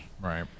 right